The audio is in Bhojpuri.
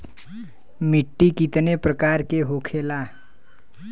मिट्टी कितने प्रकार के होखेला?